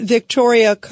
Victoria